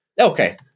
Okay